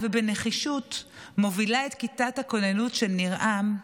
ובנחישות מובילה את כיתת הכוננות של ניר עם,